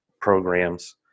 programs